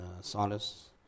solace